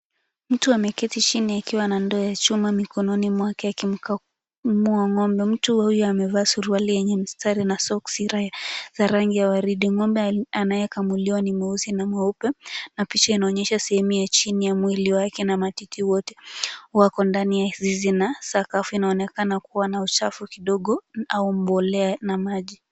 Mtu ameketi chini akiwa na ndoo mikononi mwake akimkamua ng'ombe. Mtu huyu amevaa suruali yenye mistari na soksi za rangi ya waridi. Ng'ombe anayekamuliwa ni mweusi na mweupe, na picha inaonyesha sehemu ya chini ya mwili wake na matiti, wote wako ndani ya zizi na sakafu inaonekana kuwa na uchafu kidogo, au mbolea na maji.